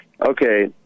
Okay